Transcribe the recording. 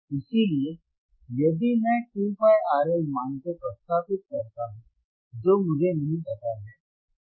इसलिए यदि मैं 2πRL मान को प्रतिस्थापित करता हूं जो मुझे नहीं पता है